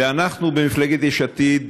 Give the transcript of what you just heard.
ואנחנו במפלגת יש עתיד,